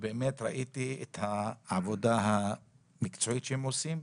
באמת ראיתי את העבודה המקצועית שהם עושים.